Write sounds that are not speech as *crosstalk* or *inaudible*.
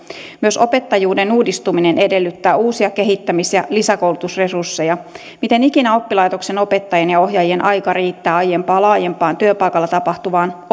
myös opettajuuden uudistuminen edellyttää uusia kehittämis ja lisäkoulutusresursseja miten ikinä oppilaitoksen opettajien ja ohjaajien aika riittää aiempaa laajempaan työpaikalla tapahtuvaan *unintelligible*